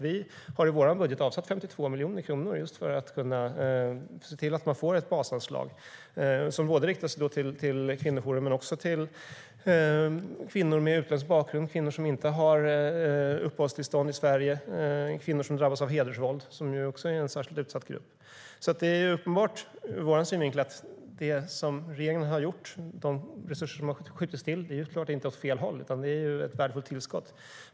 Vi har i vår budget avsatt 52 miljoner kronor för att se till att man får ett basanslag som riktar sig till kvinnojourer men även till kvinnor med utländsk bakgrund, kvinnor som inte har uppehållstillstånd i Sverige och kvinnor som drabbas av hedersvåld, som också är en särskilt utsatt grupp. Det som regeringen har gjort och de resurser som har skjutits till driver såklart inte åt fel håll, utan det är ett värdefullt tillskott.